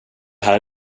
här